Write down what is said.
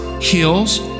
hills